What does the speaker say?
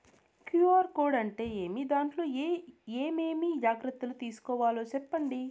QR code అంటే ఏమి? దాంట్లో ఏ ఏమేమి జాగ్రత్తలు తీసుకోవాలో సెప్పండి?